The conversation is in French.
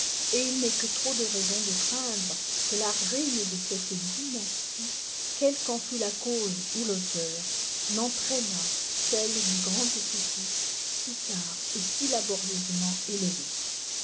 et il n'est que trop de raisons de craindre que la ruine de cette dynastie quelle qu'en fût la cause ou l'auteur n'entraînât celle du grand édifice si tard et si laborieusement élevé